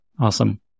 Awesome